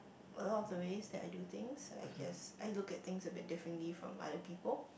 a lot of ways that I do think so I guess I look at thing a bit differently from other people